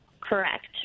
correct